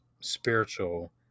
spiritual